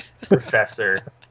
Professor